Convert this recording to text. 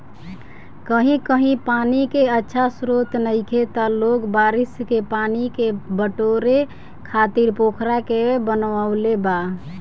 कही कही पानी के अच्छा स्त्रोत नइखे त लोग बारिश के पानी के बटोरे खातिर पोखरा के बनवले बा